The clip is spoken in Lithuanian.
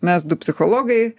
mes du psichologai